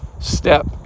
step